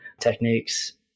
techniques